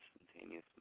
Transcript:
instantaneous